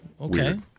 okay